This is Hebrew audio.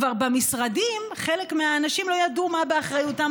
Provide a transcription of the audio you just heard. כבר במשרדים חלק מהאנשים לא ידעו מה באחריותם,